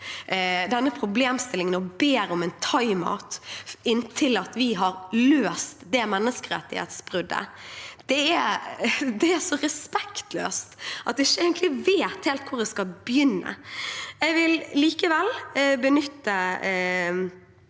denne problemstillingen og ber om en timeout inntil vi har løst det menneskerettighetsbruddet, er så respektløst at jeg ikke helt vet hvor jeg skal begynne. Jeg vil likevel benytte